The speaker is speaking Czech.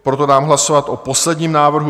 Proto dám hlasovat o posledním návrhu.